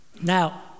Now